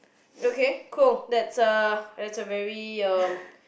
okay cool that's a that's a very um